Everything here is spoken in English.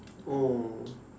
oh